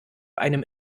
einem